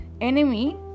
enemy